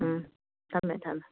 ꯎꯝ ꯊꯝꯃꯦ ꯊꯝꯃꯦ